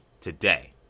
today